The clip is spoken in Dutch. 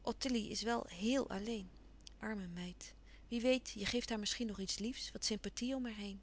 ottilie is wel héel alleen arme meid wie weet je geeft haar misschien nog iets liefs wat sympathie om haar heen